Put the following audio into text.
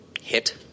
hit